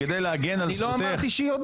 כך נעשה גם הפעם.